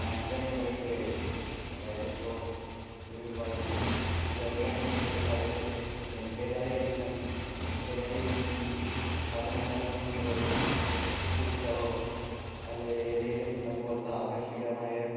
hand embroidery ആയിരിക്കും അതായതിപ്പോൾ ഒരു വൈറ്റ് വെള്ള തുണിയെടുത്ത് അതിൽ എൻറ്റേതായ ഡിസൈൻ എൻറ്റേതായ രീതിയിൽ പല നിറങ്ങളും കൊണ്ട് ഓരോ പൂക്കളോ അല്ലെങ്കിൽ ഏതെങ്കിലും അതുപോലെത്തെ ആഘർഷകമായ